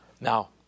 Now